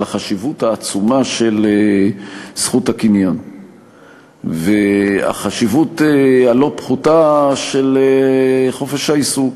על החשיבות העצומה של זכות הקניין והחשיבות הלא-פחותה של חופש העיסוק.